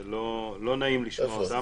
לא נעים לשמוע אותם,